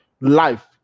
life